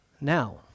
now